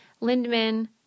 lindman